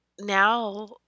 now